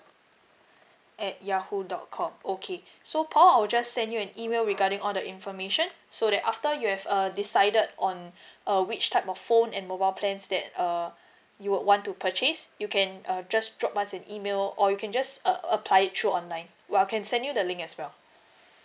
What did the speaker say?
at yahoo dot com okay so paul I'll just send you an email regarding all the information so that after you have err decided on uh which type of phone and mobile plans that err you would want to purchase you can uh just drop us an email or you can just uh apply it through online or I can send you the link as well